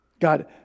God